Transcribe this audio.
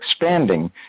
expanding